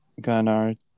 ganar